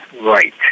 right